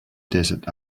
desert